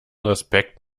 respekt